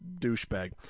douchebag